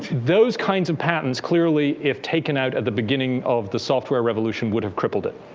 those kinds of patents clearly, if taken out of the beginning of the software revolution, would have crippled it.